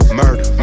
murder